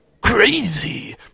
Crazy